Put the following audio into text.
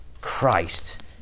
christ